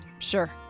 Sure